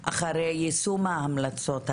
אחרי יישום ההמלצות האלה.